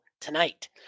tonight